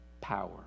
power